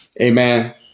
Amen